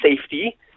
safety